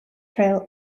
trail